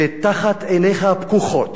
ותחת עיניך הפקוחות,